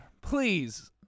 please